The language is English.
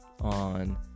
on